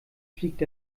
fliegt